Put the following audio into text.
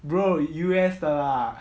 bro U_S 的 lah